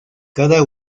cada